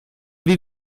wie